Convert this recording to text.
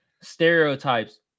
stereotypes